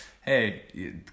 Hey